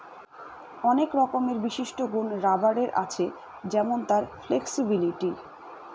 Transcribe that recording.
অনেক রকমের বিশিষ্ট গুন রাবারের আছে যেমন তার ফ্লেক্সিবিলিটি